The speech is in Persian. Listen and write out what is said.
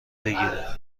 بگیرم